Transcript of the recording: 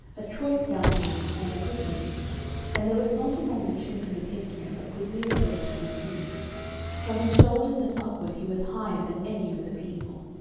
a choice young man, and a goodly and there was not among the children of israel a goodlier person than he from his shoulders and upward he was higher than any of the people.